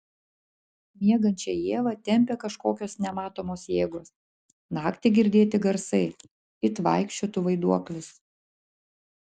miegančią ievą tempia kažkokios nematomos jėgos naktį girdėti garsai it vaikščiotų vaiduoklis